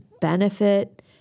benefit